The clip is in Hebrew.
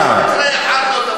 מקרה אחד לא תפסו.